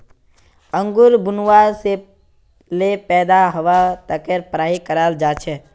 अंगूर बुनवा से ले पैदा हवा तकेर पढ़ाई कराल जा छे